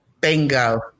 Bingo